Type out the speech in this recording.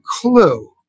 clue